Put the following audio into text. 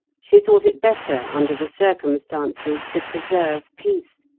she thought it better, under the circumstances, to preserve peace,